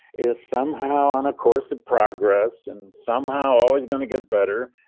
is somehow on a course of progress and somehow always going to get better,